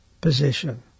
position